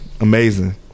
Amazing